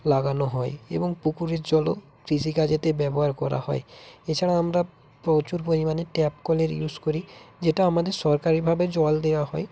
লাগানো হয় এবং পুকুরের জলও কৃষিকাজে ব্যবহার করা হয় এছাড়াও আমরা প্রচুর পরিমাণে ট্যাপ কলের ইউস করি যেটা আমাদের সরকারিভাবে জল দেওয়া হয়